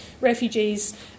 refugees